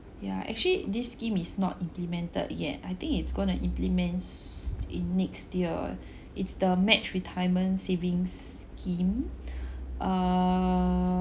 yeah actually this scheme is not implemented yet I think it's gonna implements in next year it's the match retirement savings scheme err